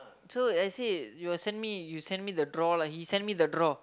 so I say you got send me you send me the draw lah he send me the draw